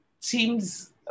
teams